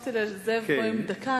הוספתי לזאב בוים דקה,